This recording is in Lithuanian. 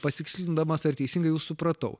pasitikslindamas ar teisingai jus supratau